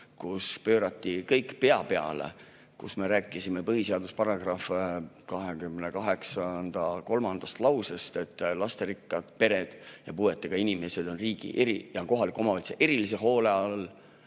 kus pöörati kõik pea peale. Me rääkisime põhiseaduse § 28 kolmandast lausest, et lasterikkad pered ja puuetega inimesed on riigi ja kohaliku omavalitsuse erilise hoole all,